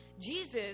Jesus